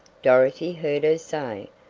dorothy heard her say,